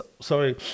Sorry